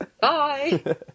Bye